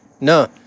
No